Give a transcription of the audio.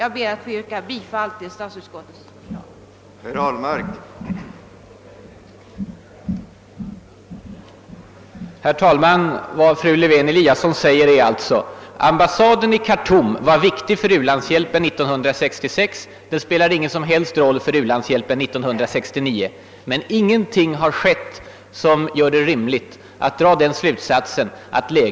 Jag ber att få yrka bifall till statsutskottets hemställan.